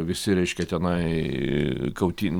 visi reiškia tenai kautyn